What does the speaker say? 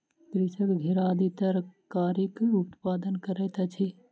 कृषक घेरा आदि तरकारीक उत्पादन करैत अछि